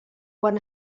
quan